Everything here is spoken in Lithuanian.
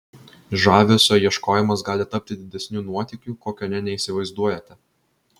žavesio ieškojimas gali tapti didesniu nuotykiu kokio nė neįsivaizduojate